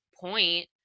point